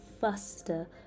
faster